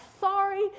sorry